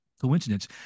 coincidence